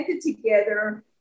together